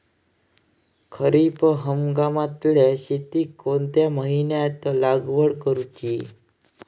खरीप हंगामातल्या शेतीक कोणत्या महिन्यात लागवड करूची?